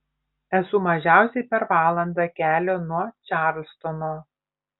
esu mažiausiai per valandą kelio nuo čarlstono